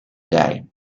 day